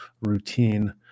routine